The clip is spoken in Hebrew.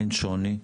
אין שוני,